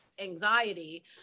anxiety